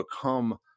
become